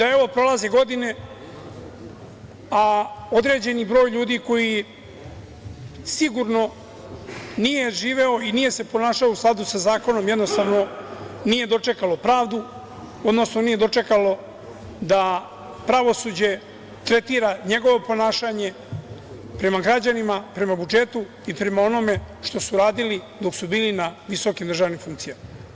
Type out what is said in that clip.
Evo, prolaze godine, a određeni broj ljudi koji sigurno nije živeo i nije se ponašao u skladu sa zakonom, jednostavno nije dočekalo pravdu, odnosno nije dočekalo da pravosuđe tretira njegovo ponašanje prema građanima, prema budžetu i prema onome što su radili dok su bili na visokim državnim funkcijama.